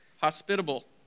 hospitable